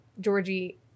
Georgie